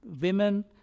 women